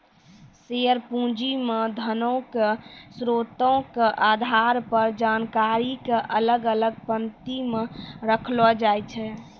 share पूंजी मे धनो के स्रोतो के आधार पर जानकारी के अलग अलग पंक्ति मे रखलो जाय छै